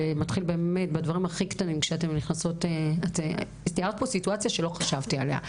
זה מתחיל בדברים הכי קטנים ותיארת פה סיטואציה שלא חשבתי עליה.